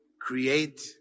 create